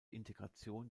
integration